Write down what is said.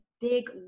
big